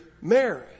Mary